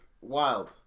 wild